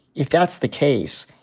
if that's the case,